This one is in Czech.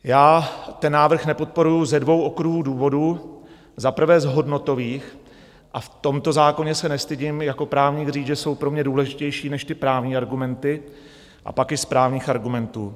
Já ten návrh nepodporuji ze dvou okruhů důvodů, za prvé z hodnotových, a v tomto zákoně se nestydím jako právník říct, že jsou pro mě důležitější než právní argumenty, a pak i z právních argumentů.